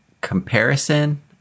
comparison